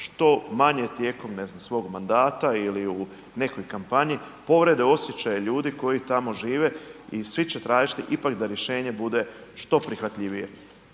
što manje tijekom ne znam svog mandata ili u nekoj kampanji povrijede osjećaje ljudi koji tamo žive i svi će tražiti da rješenje bude što prihvatljivije.